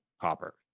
copper